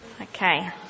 Okay